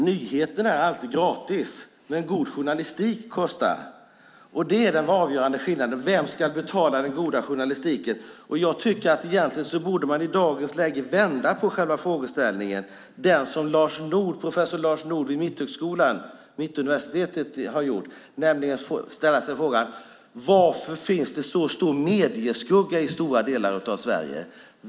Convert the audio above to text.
Nyheter är alltid gratis, men god journalistik kostar. Det är den avgörande skillnaden. Vem ska betala den goda journalistiken? Jag tycker att man i dagens läge egentligen borde vända på själva frågeställningen, som professor Lars Nord vid Mittuniversitetet har gjort, och ställa sig frågan: Varför finns det så stor medieskugga i stora delar av Sverige?